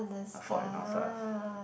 A fault in our stars